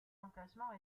emplacement